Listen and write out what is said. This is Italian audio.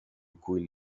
cui